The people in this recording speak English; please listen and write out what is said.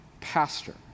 pastor